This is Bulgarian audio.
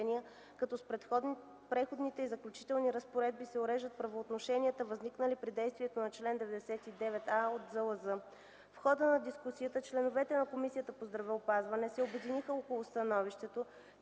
като с Преходните и заключителни разпоредби се уреждат правоотношенията, възникнали при действието на чл. 99а от Закона за лечебните заведения. В хода на дискусията членовете на Комисията по здравеопазването се обединиха около становището,